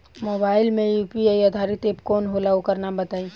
Mobile म UPI आधारित app कौन होला ओकर नाम बताईं?